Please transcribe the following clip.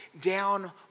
down